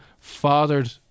fathered